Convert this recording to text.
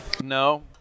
No